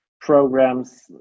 programs